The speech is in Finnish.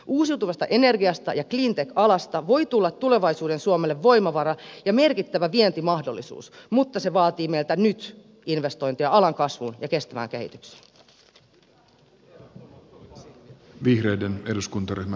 uusiutuvasta energiasta ja cleantech alasta voi tulla tulevaisuuden suomelle voimavara ja merkittävä vientimahdollisuus mutta ne vaativat meiltä nyt investointeja alan kasvuun ja kestävään kehitykseen